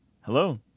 Hello